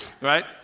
right